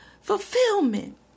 fulfillment